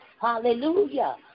Hallelujah